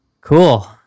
cool